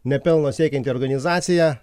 ne pelno siekianti organizacija